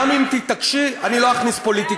גם אם תתעקשי, אני לא אכניס פוליטיקה.